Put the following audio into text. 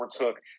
overtook –